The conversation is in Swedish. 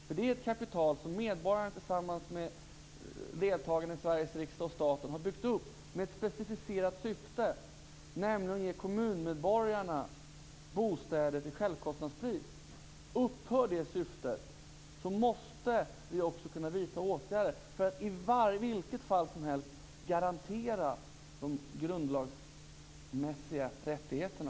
Det är ett kapital som medborgarna tillsammans med ledamöterna i Sveriges riksdag och staten har byggt upp med ett specificerat syfte, nämligen att ge kommunmedborgarna bostäder till självkostnadspris. Upphör det syftet måste vi också kunna vidta åtgärder för att i vilket fall som helst garantera de grundlagsmässiga rättigheterna.